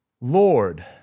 Lord